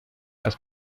las